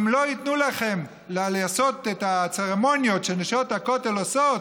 אם לא ייתנו לכם לעשות את הצרמוניות שנשות הכותל עושות,